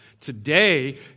Today